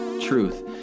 truth